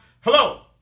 Hello